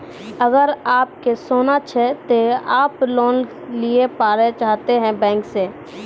अगर आप के सोना छै ते आप लोन लिए पारे चाहते हैं बैंक से?